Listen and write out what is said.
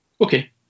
Okay